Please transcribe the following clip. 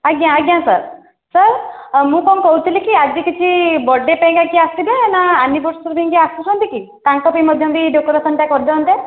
ଆଜ୍ଞା ଆଜ୍ଞା sir sir ମୁଁ କ'ଣ କହୁଥିଲି କି ଆଜି କିଛି ବର୍ଥଡ଼େ ପାଇଁକା କିଏ ଆସିବେ ନା ଆନିବର୍ଷରୀ ପାଇଁ କିଏ ଆସୁଛନ୍ତି କି ତାଙ୍କ ପାଇଁ ବି ମଧ୍ୟ ଡେକୋରେସନ୍ଟା କରିଦିଅନ୍ତେ